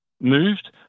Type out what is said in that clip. moved